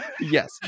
Yes